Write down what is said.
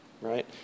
right